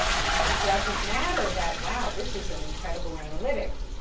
yes. doesn't matter that wow, this is an incredible analytic.